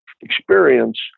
experience